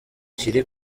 kiri